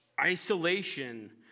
isolation